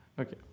Okay